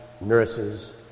nurses